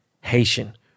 Haitian